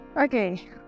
Okay